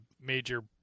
major